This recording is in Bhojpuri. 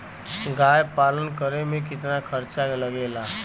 गाय पालन करे में कितना खर्चा लगेला?